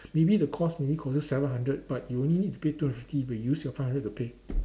maybe the course maybe cost seven hundred but you only need pay two hundred fifty but you use your five hundred to pay